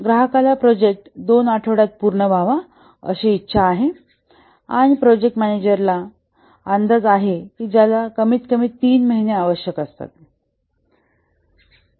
ग्राहकाला प्रोजेक्ट 2 आठवड्यांत पूर्ण व्हावा अशी इच्छा आहे आणि प्रोजेक्ट मॅनेजरचा अंदाज आहे की ज्याला कमीतकमी 3 महिने आवश्यक आहे